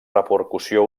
repercussió